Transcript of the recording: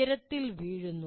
ഉയരത്തിൽ വീഴുന്നു